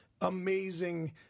amazing